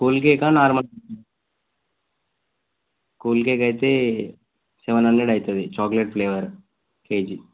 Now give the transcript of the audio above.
cool cake ఆ normal cake ఆ cool cake అయితే సెవెన్ హండ్రెడ్ అవుతుంది చాక్లెట్ ఫ్లేవర్ కేజీ